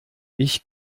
ich